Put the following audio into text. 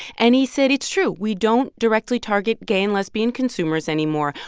and he said it's true. we don't directly target gay and lesbian consumers anymore.